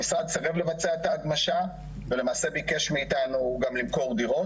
המשרד סירב לבצע את ההגמשה ולמעשה ביקש מאיתנו גם למכור דירות.